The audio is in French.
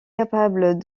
capable